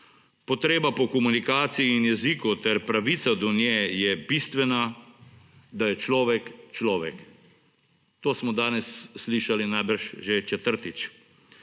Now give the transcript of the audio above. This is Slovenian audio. Potreba po komunikaciji in jeziku ter pravica do nje je bistvena, da je človek človek, to smo danes slišali najbrž že četrtič.